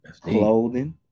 Clothing